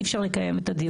אי-אפשר לקיים את הדיון שם.